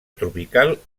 tropical